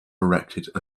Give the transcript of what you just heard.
erected